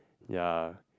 ya